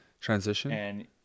Transition